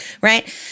Right